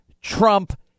Trump